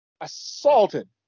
Assaulted